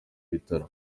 bitaro